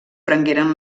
prengueren